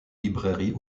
librairie